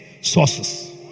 sources